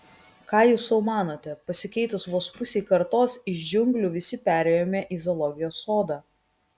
ką jūs sau manote pasikeitus vos pusei kartos iš džiunglių visi perėjome į zoologijos sodą